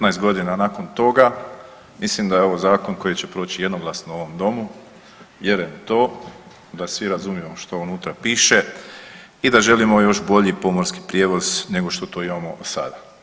15 godina nakon toga mislim da je ovo zakon koji će proći jednoglasno u ovom domu, vjerujem u to da svi razumijemo što unutra piše i da želimo još bolji pomorski prijevoz nego što to imamo sada.